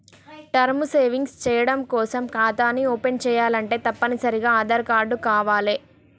term savings చెయ్యడం కోసం ఖాతాని ఓపెన్ చేయాలంటే తప్పనిసరిగా ఆదార్ కార్డు కావాలే